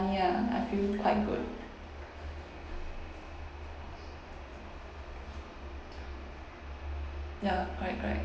ah I feel quite good ya correct correct